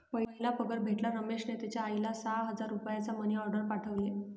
पहिला पगार भेटल्यावर रमेशने त्याचा आईला सहा हजार रुपयांचा मनी ओर्डेर पाठवले